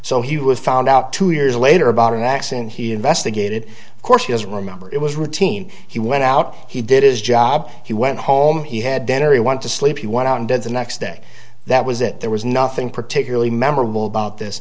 so he was found out two years later about an accident he investigated of course he doesn't remember it was routine he went out he did his job he went home he had dinner you want to sleep he went on dead the next day that was it there was nothing particularly memorable about this